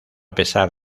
pesar